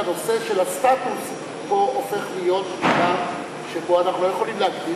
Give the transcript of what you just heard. הנושא של הסטטוס פה הופך להיות שאלה שבה אנחנו לא יכולים להגדיר